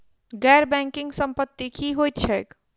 गैर बैंकिंग संपति की होइत छैक?